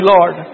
Lord